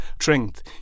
strength